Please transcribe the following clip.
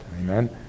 Amen